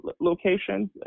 locations